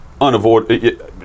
unavoidable